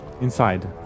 Inside